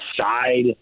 side